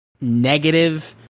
negative